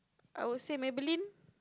I would say Maybelline